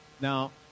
Now